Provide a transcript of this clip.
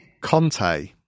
Conte